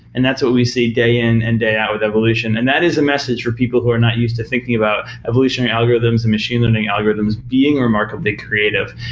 and that's what we see day-in and day-out with evolution, and that is a message for people who are not used to thinking about evolutionary algorithms and machine learning algorithms being remarkably creative.